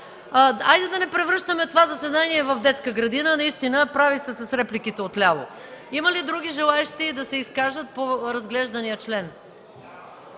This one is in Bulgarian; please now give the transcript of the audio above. Хайде да не превръщаме това заседание в детска градина! Наистина, прави са с репликите от ляво. Има ли други желаещи да се изкажат по разглеждания член?